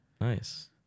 Nice